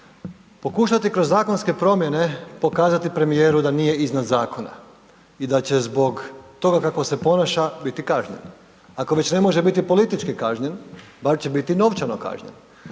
pokušati kroz zakonske promjene pokazati premijeru da nije iznad zakona i da će zbog toga kako se ponaša biti kažnjen, ako već ne može biti politički kažnjen, bar će biti novčano kažnjen,